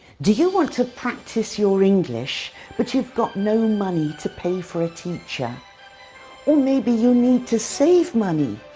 do you want to practise your english but you've got no money to pay for a teacher? or maybe you need to save money?